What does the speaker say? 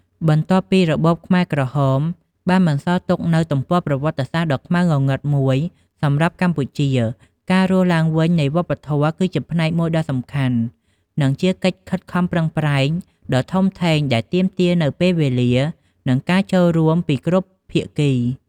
បន្ទាប់ពីរបបខ្មែរក្រហមបានបន្សល់ទុកនូវទំព័រប្រវត្តិសាស្ត្រដ៏ខ្មៅងងឹតមួយសម្រាប់កម្ពុជា ការរស់ឡើងវិញនៃវប្បធម៌គឺជាផ្នែកមួយដ៏សំខាន់ និងជាកិច្ចខិតខំប្រឹងប្រែងដ៏ធំធេងដែលទាមទារនូវពេលវេលា និងការចូលរួមពីគ្រប់ភាគី។